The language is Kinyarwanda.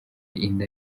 inda